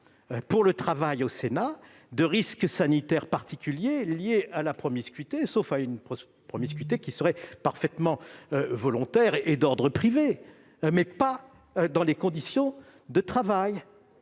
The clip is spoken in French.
de travail au Sénat, de risques sanitaires particuliers liés à la promiscuité, sauf à une promiscuité qui serait parfaitement volontaire et d'ordre privé. Nous n'allons donc pas établir